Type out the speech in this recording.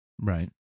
Right